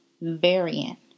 variant